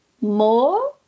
more